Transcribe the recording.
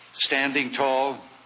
standing tall,